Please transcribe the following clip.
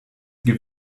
give